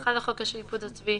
371 לחוק השיפוט הצבאי,